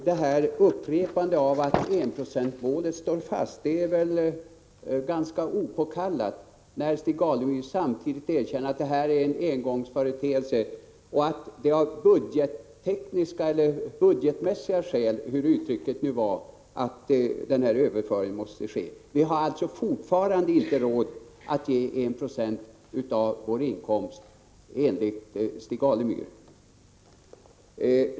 Detta upprepande av att enprocentsmålet står fast är väl ganska opåkallat, när Stig Alemyr samtidigt erkänner att det här är en engångsföreteelse och att det är av budgettekniska eller budgetmässiga skäl — hur uttrycket nu var — som denna överföring måste ske. Enligt Stig Alemyr har vi alltså fortfarande inte råd att ge 1 90 av vår bruttonationalinkomst.